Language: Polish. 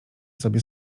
sobie